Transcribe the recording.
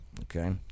Okay